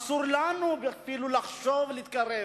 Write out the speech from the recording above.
אסור לנו אפילו לחשוב להתקרב.